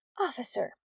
Officer